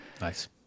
Nice